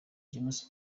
james